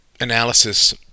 analysis